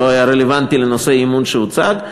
הוא לא היה רלוונטי לנושא האי-אמון שהוצג,